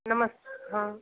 नमस हाँ